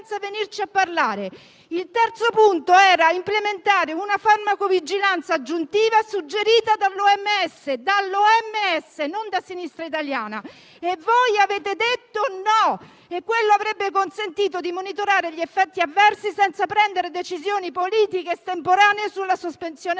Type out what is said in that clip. Il terzo punto prevedeva di implementare una farmacovigilanza aggiuntiva, suggerita dall'OMS, non da Sinistra Italiana, e voi avete detto "no"; ciò avrebbe consentito di monitorare gli effetti avversi senza prendere decisioni politiche estemporanee sulla sospensione